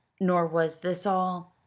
nor was this all.